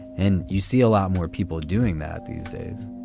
and you see a lot more people doing that these days